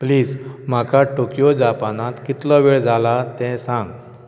please म्हाका Tokyo जापानांत कितलो वेळ जाला तें सांग